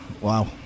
wow